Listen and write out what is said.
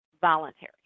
voluntary